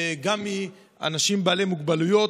מאנשים בעלי מוגבלויות,